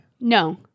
No